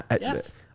Yes